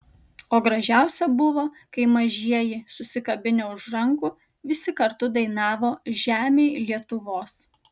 o gražiausia buvo kai mažieji susikabinę už rankų visi kartu dainavo žemėj lietuvos